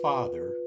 Father